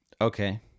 Okay